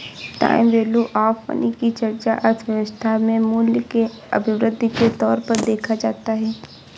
time value of money की चर्चा अर्थव्यवस्था में मूल्य के अभिवृद्धि के तौर पर देखा जाता है